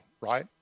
right